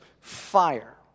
fire